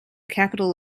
capital